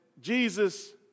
Jesus